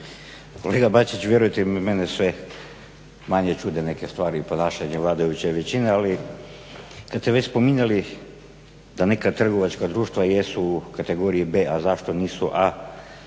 Kolega Bačić vjerujte mene sve manje čude neke stvari i ponašanje vladajuće većine, ali kad ste već spominjali da neka trgovačka društva jesu u kategoriji B, a zašto nisu A,